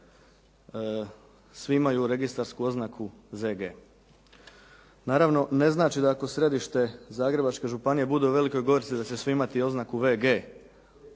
Svi imaju registarsku oznaku ZG. Naravno ne znači da ako središte Zagrebačke županije bude u Velikoj Gorici da će svi imati oznaku VG.